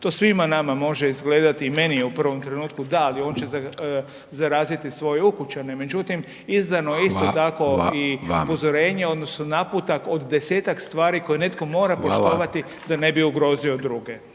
To svima nama može izgledati i meni je u prvom trenutku da, ali on će zaraziti svoje ukućane međutim izdano je isto tako i upozorenje …/Upadica: Hvala vam./… odnosno naputak od 10-tak stvari koje netko mora poštovati da ne bi ugrozio druge.